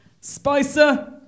Spicer